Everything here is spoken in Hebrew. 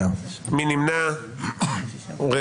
9 נמנעים, אין לא אושרה.